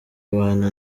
abantu